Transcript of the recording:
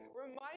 remind